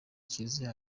kiliziya